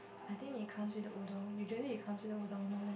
I think it comes with the udon usually it comes with the udon no meh